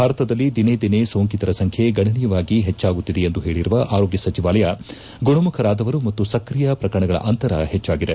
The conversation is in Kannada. ಭಾರತದಲ್ಲಿ ದಿನೇ ದಿನೇ ಸೋಂಕಿತರ ಸಂಖ್ಯೆ ಗಣನೀಯವಾಗಿ ಹೆಚ್ಚಾಗುತ್ತಿದೆ ಎಂದು ಹೇಳಿರುವ ಆರೋಗ್ಯ ಸಚಿವಾಲಯ ಗುಣಮುಖರಾದವರು ಮತ್ತು ಸಕ್ರಿಯ ಪ್ರಕರಣಗಳ ಅಂತರ ಪೆಚ್ಚಾಗಿದೆ